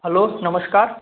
હાલો નમસ્કાર